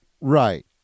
Right